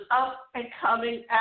up-and-coming